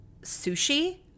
sushi